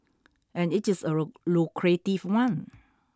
and it is a lucrative one